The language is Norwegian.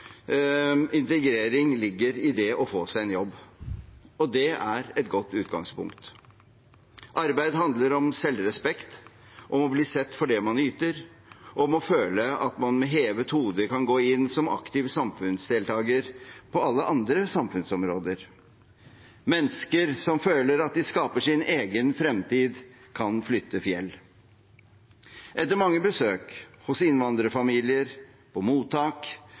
integrering ligger i det å få seg en jobb. Det er et godt utgangspunkt. Arbeid handler om selvrespekt, om å bli sett for det man yter, og om å føle at man med hevet hode kan gå inn som aktiv samfunnsdeltager på alle andre samfunnsområder. Mennesker som føler at de skaper sin egen fremtid, kan flytte fjell. Etter mange besøk hos innvandrerfamilier, på mottak